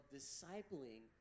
discipling